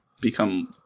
become